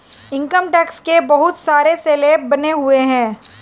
income tax के बहुत सारे स्लैब बने हुए हैं